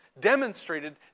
demonstrated